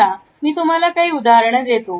चला मी तुम्हाला काही उदाहरण देत